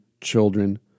children